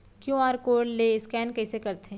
QR code ले scan कइसे करथे?